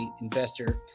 investor